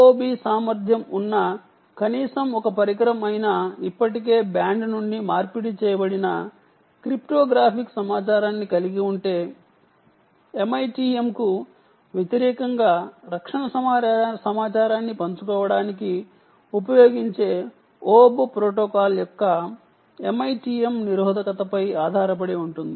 oob సామర్ధ్యం ఉన్న కనీసం ఒక పరికరం అయినా ఇప్పటికే బ్యాండ్ నుండి మార్పిడి చేయబడిన క్రిప్టోగ్రాఫిక్ సమాచారాన్ని కలిగి ఉంటే MITM కు వ్యతిరేకంగా రక్షణ సమాచారాన్ని పంచుకోవడానికి ఉపయోగించే o o b ప్రోటోకాల్ యొక్క MITM నిరోధకతపై ఆధారపడి ఉంటుంది